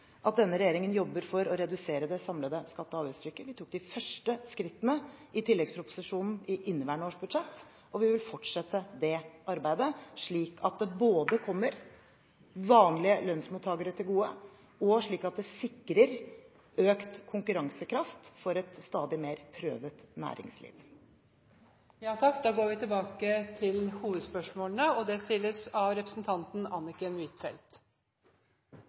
at denne regjeringen jobber for å redusere det samlede skatte- og avgiftstrykket. Vi tok de første skrittene i tilleggsproposisjonen i inneværende års budsjett. Vi vil fortsette det arbeidet, slik at det kommer vanlige lønnsmottakere til gode, og slik at det sikrer økt konkurransekraft for et stadig mer prøvet næringsliv. Vi går til neste hovedspørsmål. Jeg har et spørsmål til europaministeren. Europaministeren har gitt inntrykk av